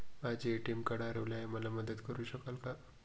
माझे ATM card हरवले आहे, मला मदत करु शकाल का?